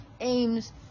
aims